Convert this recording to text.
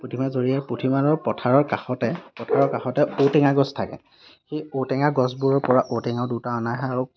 পুঠি মাছ ধৰি আৰু পুঠি মানৰ পথাৰৰ কাষতে পথাৰৰ কাষতে ঔটেঙা গছ থাকে সেই ঔটেঙা গছবোৰৰ পৰা ঔটেঙা দুটা অনা হয় আৰু